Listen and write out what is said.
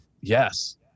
Yes